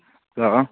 hello